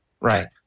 Right